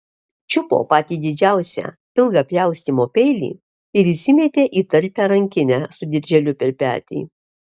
čiupo patį didžiausią ilgą pjaustymo peilį ir įsimetė į talpią rankinę su dirželiu per petį